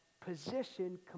position